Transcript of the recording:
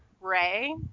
Ray